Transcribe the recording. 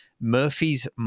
Murphy's